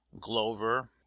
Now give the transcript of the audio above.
glover